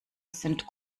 sind